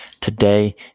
Today